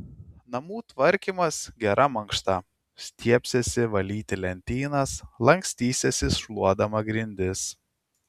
namų tvarkymas gera mankšta stiebsiesi valyti lentynas lankstysiesi šluodama grindis